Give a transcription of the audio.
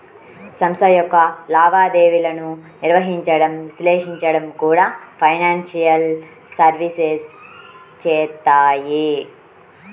సంస్థ యొక్క లావాదేవీలను నిర్వహించడం, విశ్లేషించడం కూడా ఫైనాన్షియల్ సర్వీసెస్ చేత్తాయి